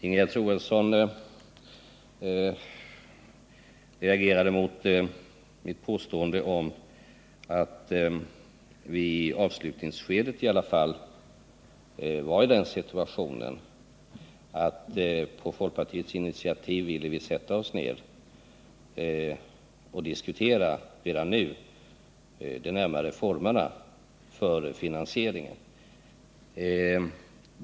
Ingegerd Troedsson reagerade mot mitt påstående att vi i avslutningsskedet befann oss i den situationen att vi på folkpartiets initiativ ville sätta oss ned och redan nu diskutera de närmare formerna för finansieringen.